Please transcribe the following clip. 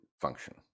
function